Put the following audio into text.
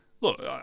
look